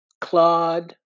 Claude